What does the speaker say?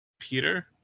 Peter